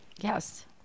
Yes